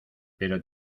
pero